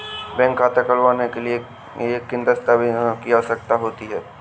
Bank खाता खोलने के लिए किन दस्तावेजों की आवश्यकता होती है?